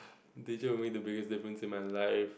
teacher who made the biggest difference in my life